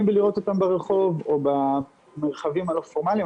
בלראות אותם ברחוב או במרחבים הלא פורמליים,